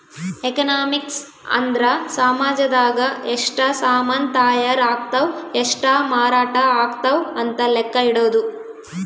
economics ಅಂದ್ರ ಸಾಮಜದಾಗ ಎಷ್ಟ ಸಾಮನ್ ತಾಯರ್ ಅಗ್ತವ್ ಎಷ್ಟ ಮಾರಾಟ ಅಗ್ತವ್ ಅಂತ ಲೆಕ್ಕ ಇಡೊದು